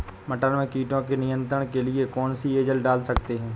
मटर में कीटों के नियंत्रण के लिए कौन सी एजल डाल सकते हैं?